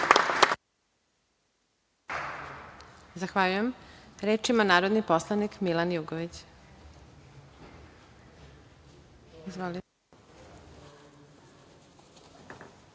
Zahvaljujem. Reč ima narodni poslanik Milan Jugović.